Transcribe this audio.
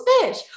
fish